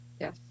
Yes